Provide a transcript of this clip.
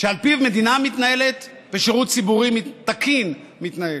שעל פיו מדינה מתנהלת, ושירות ציבורי תקין מתנהל.